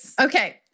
Okay